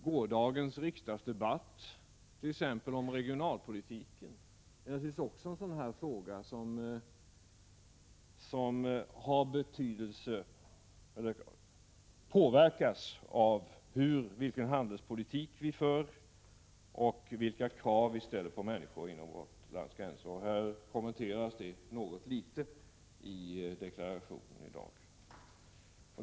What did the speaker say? Gårdagens riksdagsdebatt om regionalpolitiken är också en fråga som påverkas av vilken handelspolitik vi för och vilka krav som vi ställer på människorna inom vårt lands gränser. Det kommenteras mycket begränsat i deklarationen i dag.